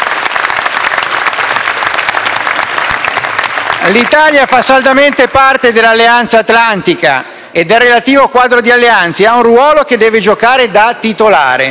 L'Italia fa saldamente parte dell'Alleanza atlantica e del relativo quadro di alleanze ed ha un ruolo che deve giocare da titolare.